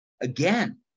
Again